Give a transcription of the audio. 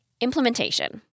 Implementation